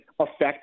affect